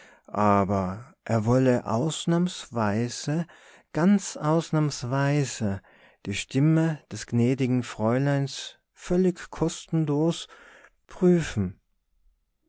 aber er wolle ausnahmsweise ganz ausnahmsweise die stimme des gnädigen fräuleins völlig kostenlos prüfen